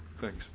Thanks